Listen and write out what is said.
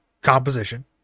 composition